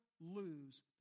lose